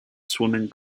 swimming